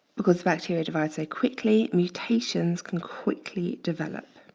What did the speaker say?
because the bacteria divide so quickly mutations, can quickly develop.